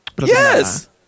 Yes